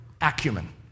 acumen